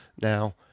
Now